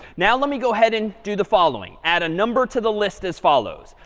now, let me go ahead and do the following. add a number to the list as follows.